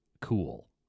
cool